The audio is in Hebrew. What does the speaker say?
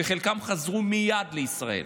וחלקם חזרו מייד לישראל,